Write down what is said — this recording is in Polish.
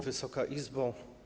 Wysoka Izbo!